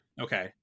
Okay